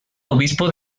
obispo